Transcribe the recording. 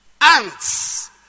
ants